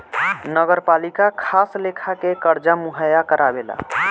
नगरपालिका खास लेखा के कर्जा मुहैया करावेला